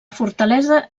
fortalesa